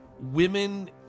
women